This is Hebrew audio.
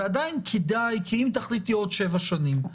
ועדיין כדאי אם תחליטי עוד שבע שנים.